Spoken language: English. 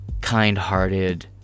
kind-hearted